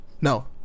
No